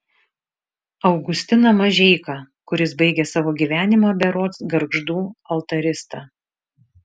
augustiną mažeiką kuris baigė savo gyvenimą berods gargždų altarista